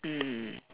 mm